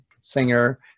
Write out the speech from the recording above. singer